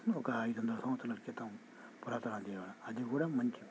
ఒక ఐదొందల సంవత్సరాల క్రితం పురాతన దేవాలయం అది కూడా మంచి